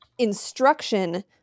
instruction